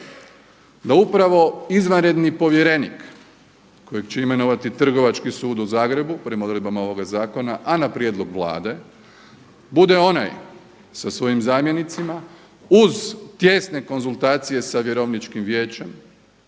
da upravo izvanredni povjerenik kojeg će imenovati Trgovački sud u Zagrebu prema odredbama ovoga zakona, a na prijedlog Vlade prema odredbama ovog zakona, a na prijedlog Vlade bude onaj sa svojim zamjenicima uz tijesne konzultacije sa Vjerovničkim vijećem